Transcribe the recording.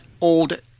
old